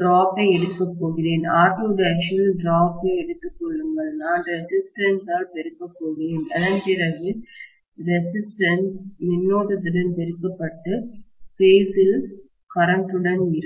டிராப்வீழ்ச்சியை எடுக்கப் போகிறேன் R2' இல் டிராபவீழ்ச்சியை எடுத்துக் கொள்ளுங்கள் நான் ரெசிஸ்டன்ஸ்எதிர்ப்பால் பெருக்கப் போகிறேன் அதன் பிறகு எதிர்ப்புரெசிஸ்டன்ஸ் கரண்ட் மின்னோட்டத்துடன் பெருக்கப்பட்டு பேஸ் இல் கரண்ட்டுடன் மின்னோட்டத்துடன் இருக்கும்